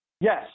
Yes